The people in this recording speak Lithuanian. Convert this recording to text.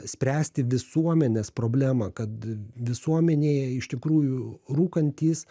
spręsti visuomenės problemą kad visuomenėje iš tikrųjų rūkantys